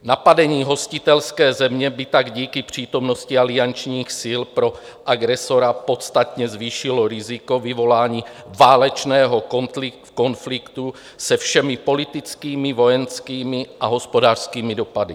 Napadení hostitelské země by tak díky přítomnosti aliančních sil pro agresora podstatně zvýšilo riziko vyvolání válečného konfliktu se všemi politickými, vojenskými a hospodářskými dopady.